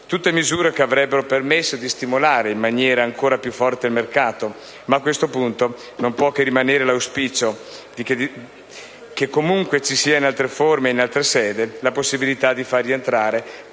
tutte misure che avrebbero permesso di stimolare in maniera ancora più decisa il mercato, ma a questo punto non può che rimanere l'auspicio che comunque vi sia, in altre forme e in altre sedi, la possibilità di far rientrare